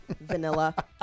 vanilla